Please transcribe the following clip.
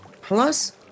plus